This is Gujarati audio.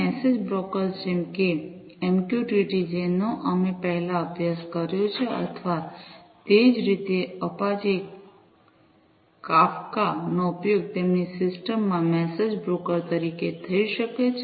મેસેજ બ્રોકર્સ જેમ કે એમક્યુંટીટી જેનો અમે પહેલાં અભ્યાસ કર્યો છે અથવા તે જ રીતે અપાચે કાફકા નો ઉપયોગ તેમની સિસ્ટમ માં મેસેજ બ્રોકર્સ તરીકે થઈ શકે છે